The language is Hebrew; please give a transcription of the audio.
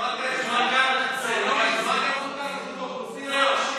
שמעת את רשות האוכלוסין היום?